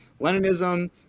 Leninism